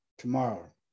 tomorrow